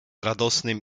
radosnym